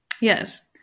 Yes